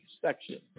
section